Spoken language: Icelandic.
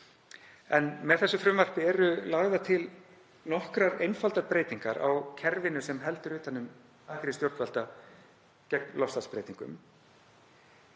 En með frumvarpinu eru lagðar til nokkrar einfaldar breytingar á kerfinu sem heldur utan um aðgerðir stjórnvalda gegn loftslagsbreytingum.